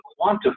quantify